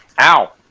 Ow